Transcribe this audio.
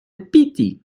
pity